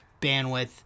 bandwidth